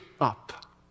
up